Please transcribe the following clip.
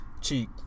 Cheek